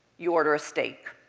you order a steak.